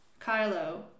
Kylo